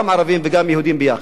גם ערבים וגם יהודים יחד.